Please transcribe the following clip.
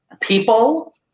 people